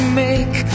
make